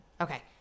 Okay